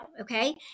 Okay